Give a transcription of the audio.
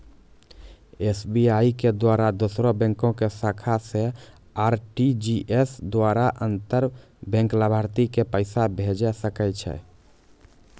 SBI के द्वारा दोसरो बैंको के शाखा से आर.टी.जी.एस द्वारा अंतर बैंक लाभार्थी के पैसा भेजै सकै छै